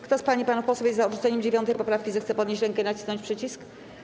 Kto z pań i panów posłów jest za odrzuceniem 9. poprawki, zechce podnieść rękę i nacisnąć przycisk.